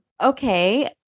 Okay